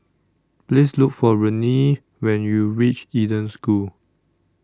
Please Look For Renee when YOU REACH Eden School